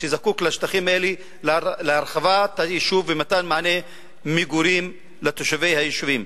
שזקוק לשטחים האלה להרחבת היישוב ומתן מענה מגורים לתושבי היישובים.